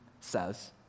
says